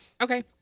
Okay